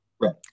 right